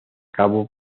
cabo